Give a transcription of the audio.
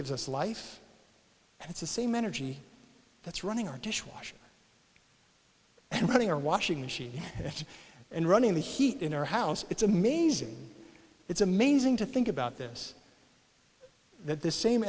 gives us life and it's the same energy that's running our dishwasher and running or washing machine and running the heat in our house it's amazing it's amazing to think about this that this same